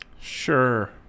Sure